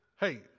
Hey